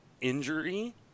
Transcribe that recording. injury